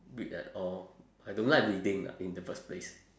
read at all I don't like reading lah in the first place